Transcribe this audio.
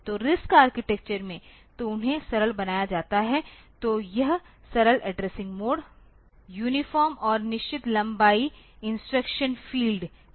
तो RISC architecture में तो उन्हें सरल बनाया जाता है तो यह सरल एड्रेसिंग मोड यूनिफार्म और निश्चित लंबाई इंस्ट्रक्शन फील्ड है